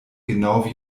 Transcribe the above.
genau